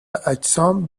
اجسام